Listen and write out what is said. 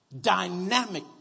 Dynamic